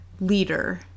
leader